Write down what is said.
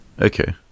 Okay